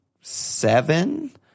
seven